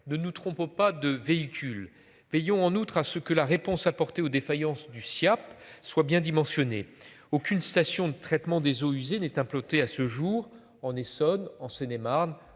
de nous trompons pas de véhicule Peillon en outre à ce que la réponse apportée aux défaillances du Siaap soient bien dimensionnées aucune station de traitement des eaux usées n'est implantée à ce jour en Essonne en Seine-et-Marne